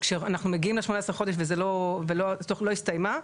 כשאנחנו מגיעים ל-18 חודשים והתוכנית לא הסתיימה,